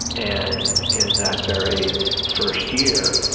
and in that very first year,